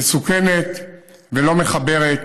מסוכנת ולא מחברת,